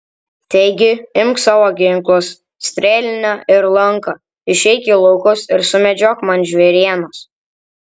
taigi imk savo ginklus strėlinę ir lanką išeik į laukus ir sumedžiok man žvėrienos